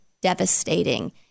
devastating